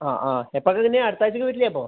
ആ ആ എപ്പഴക്ക് പിന്നെ അടുത്താഴ്ച വരില്ലേ അപ്പം